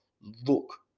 look